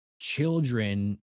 children